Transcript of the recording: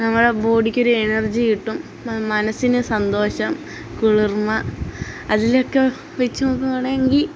നമ്മുടെ ബോടിക്കൊരു എനർജി കിട്ടും മനസ്സിനു സന്തോഷം കുളിർമ്മ അതിലൊക്കെ വെച്ചുനോക്കുകയാണെങ്കിൽ